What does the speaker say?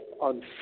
on